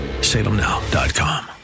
Salemnow.com